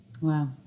Wow